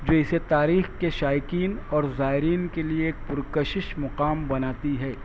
جیسے تاریخ کے شائقین اور زائرین کے لیے ایک پرکشش مقام بناتی ہے